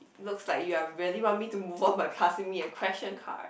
looks like you are really want me to move on by passing me a question card